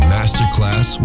Masterclass